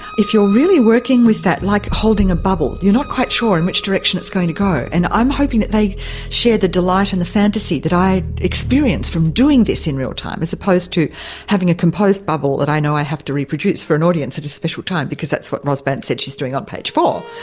if you're really working with that like holding a bubble you're not quite sure in which direction it's going to go and i'm hoping that they share the delight and the fantasy that i experience from doing this in real time, as opposed to have a composed bubble that i know i have to reproduce for an audience at a special time, because that's what ros bandt said she's doing on page four.